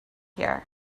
here